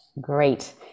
great